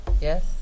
Yes